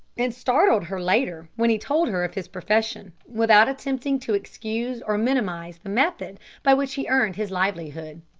and startled her later when he told her of his profession, without attempting to excuse or minimise the method by which he earned his livelihood.